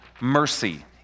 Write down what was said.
mercy